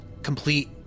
complete